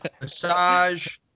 Massage